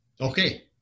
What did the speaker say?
Okay